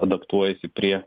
adaptuojasi prie